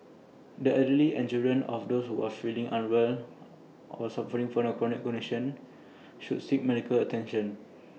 the elderly and children of those who are feeling unwell or suffering from chronic conditions should seek medical attention